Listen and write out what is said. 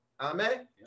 Amen